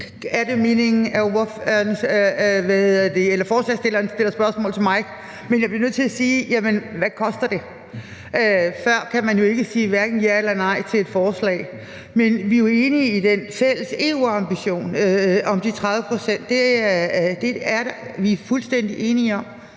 Jeg bliver nødt til at spørge: Hvad koster det? Før kan man jo ikke sige hverken ja eller nej til et forslag. Men vi er jo enige i den fælles EU-ambition om de 30 pct.; det er vi fuldstændig enige om,